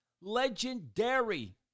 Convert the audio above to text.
legendary